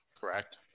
Correct